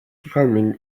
climbing